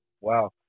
Wow